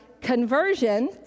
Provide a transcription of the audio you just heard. conversion